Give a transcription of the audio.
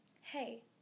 hey